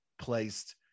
placed